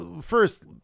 first